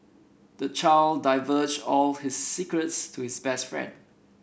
the child divulged all his secrets to his best friend